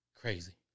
Crazy